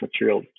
material